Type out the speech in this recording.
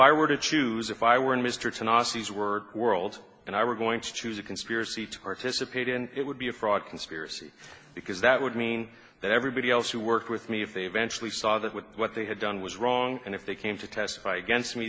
i were to choose if i were mr to nazis were world and i were going to choose a conspiracy to participate in it would be a fraud conspiracy because that would mean that everybody else who worked with me if they eventually saw that with what they had done was wrong and if they came to testify against me